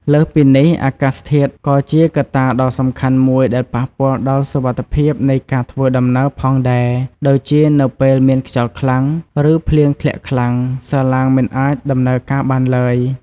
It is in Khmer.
លើសពីនេះ អាកាសធាតុក៏ជាកត្តាដ៏សំខាន់មួយដែលប៉ះពាល់ដល់សុវត្ថិភាពនៃការធ្វើដំណើរផងដែរ ដូចជានៅពេលមានខ្យល់ខ្លាំង ឬភ្លៀងធ្លាក់ខ្លាំង សាឡាងមិនអាចដំណើរការបានឡើយ។